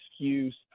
excuse